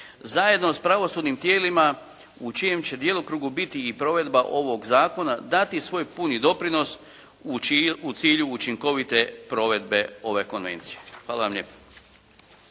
zajedno s pravosudnim tijelima u čijem će djelokrugu biti i provedba ovog zakona, dati svoj puni doprinos u cilju učinkovite provedbe ove konvencije. Hvala vam lijepo.